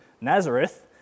Nazareth